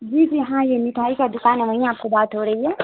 جی جی ہاں یہ میٹھائی کا دکان ہے وہیں آپ سے بات ہو رہی ہے